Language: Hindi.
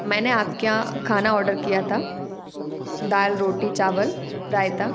मैंने आप के यहाँ खाना ऑर्डर किया था दाल रोटी चावल रायता